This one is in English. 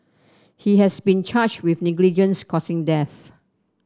he has been charged with negligence causing death